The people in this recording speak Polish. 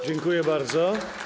Dziękuję bardzo.